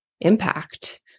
impact